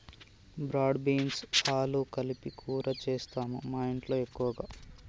broad beans ఆలు కలిపి కూర చేస్తాము మాఇంట్లో ఎక్కువగా